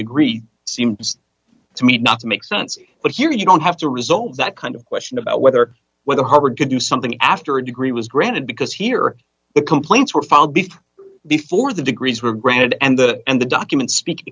degree seems to me not to make sense but here you don't have to resolve that kind of question about whether whether harvard to do something after a degree was granted because here the complaints were filed before before the degrees were granted and that and the documents speak